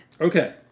Okay